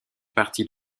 partie